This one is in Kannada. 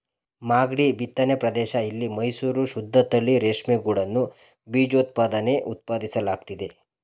ಮಾಗ್ಡಿ ಬಿತ್ತನೆ ಪ್ರದೇಶ ಇಲ್ಲಿ ಮೈಸೂರು ಶುದ್ದತಳಿ ರೇಷ್ಮೆಗೂಡನ್ನು ಬೀಜೋತ್ಪಾದನೆಗೆ ಉತ್ಪಾದಿಸಲಾಗ್ತಿದೆ